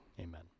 Amen